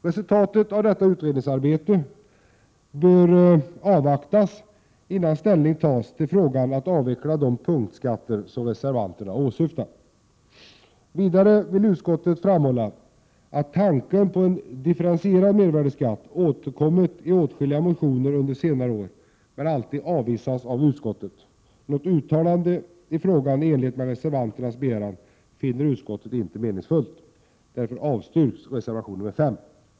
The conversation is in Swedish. Resultatet av detta utredningsarbete bör avvaktas, innan ställning tas till frågan om att avveckla de punktskatter reservanterna åsyftar. Vidare vill utskottet framhålla att tanken på en differentierad mervärdeskatt återkommit i åtskilliga motioner under senare år men alltid avvisats av utskottet. Något uttalande i frågan i enlighet med reservanternas begäran finner utskottet inte meningsfullt.